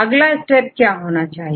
अगला क्या स्टेप होना चाहिए